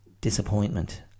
disappointment